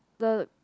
the